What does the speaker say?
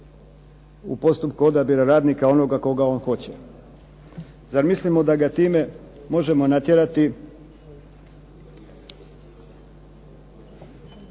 u postupku odabira radnika onoga koga on hoće? Zar mislimo da ga time možemo natjerati